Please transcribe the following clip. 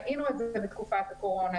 ראינו את זה בתקופת הקורונה.